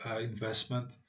investment